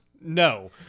no